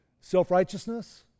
self-righteousness